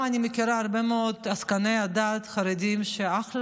אני מכירה הרבה מאוד עסקני דת חרדים שהם אחלה,